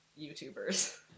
YouTubers